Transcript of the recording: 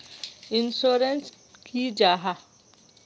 Insurance की जाहा?